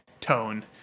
tone